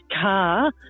car